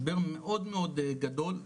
משבר מאוד מאוד גדול,